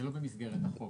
זה לא במסגרת החוק.